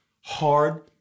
hard